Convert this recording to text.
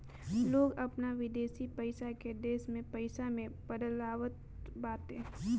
लोग अपन विदेशी पईसा के देश में पईसा में बदलवावत बाटे